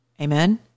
Amen